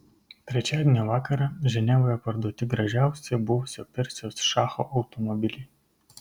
trečiadienio vakarą ženevoje parduoti gražiausi buvusio persijos šacho automobiliai